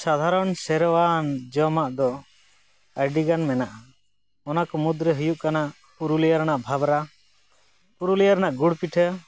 ᱥᱟᱫᱷᱟᱨᱚᱱ ᱥᱮᱨᱣᱟ ᱡᱚᱢᱟᱜ ᱫᱚ ᱟᱹᱰᱤᱜᱟᱱ ᱢᱮᱱᱟᱜᱼᱟ ᱚᱱᱟᱠᱚ ᱢᱩᱫᱽᱨᱮ ᱦᱩᱭᱩᱜ ᱠᱟᱱᱟ ᱯᱩᱨᱩᱞᱤᱭᱟ ᱨᱮᱱᱟᱜ ᱵᱷᱟᱵᱽᱨᱟ ᱯᱩᱨᱩᱞᱤᱭᱟ ᱨᱮᱱᱟᱜ ᱜᱩᱲ ᱯᱤᱴᱷᱟᱹ